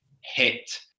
hit